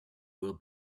will